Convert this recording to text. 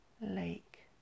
lake